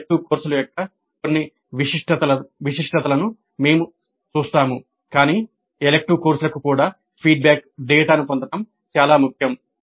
elective కోర్సుల యొక్క కొన్ని విశిష్టతలను మేము చూస్తాము కాని ఎలిక్టివ్ కోర్సులకు కూడా ఫీడ్బ్యాక్ డేటాను పొందడం చాలా ముఖ్యం